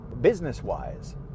business-wise